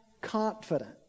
confident